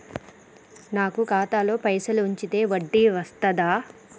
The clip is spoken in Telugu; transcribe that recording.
నాకు ఖాతాలో పైసలు ఉంచితే వడ్డీ వస్తదా?